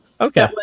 Okay